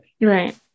Right